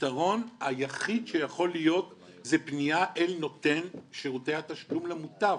הפתרון היחיד שיכול להיות זו פנייה אל נותן שירותי התשלום למוטב